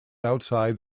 outside